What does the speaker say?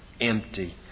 empty